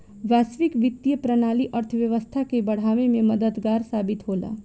वैश्विक वित्तीय प्रणाली अर्थव्यवस्था के बढ़ावे में मददगार साबित होला